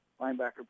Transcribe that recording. linebacker